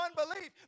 unbelief